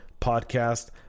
podcast